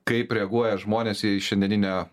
kaip reaguoja žmonės į šiandieninę